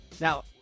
Now